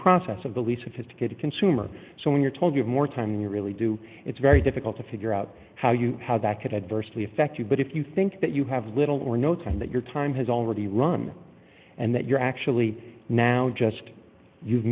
process of the least of his to get a consumer so when you're told give more time you really do it's very difficult to figure out how you how that could adversely affect you but if you think that you have little or no time that your time has already run and that you're actually now just you've